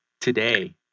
today